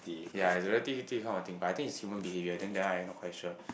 yea it's a relativity how I think but I think is human being if you are then then I no question